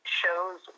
shows